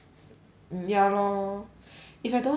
mm ya lor if I don't if I don't